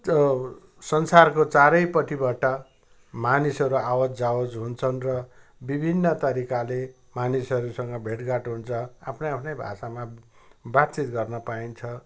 संसारको चारैपट्टिबाट मानिसहरू आवतजावत हुन्छन् र विभिन्न तरिकाले मानिसहरूसँग भेटघाट हुन्छ आफ्नै आफ्नै भाषामा बातचित गर्न पाइन्छ